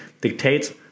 dictates